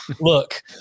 look